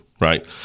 Right